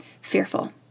fearful